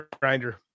grinder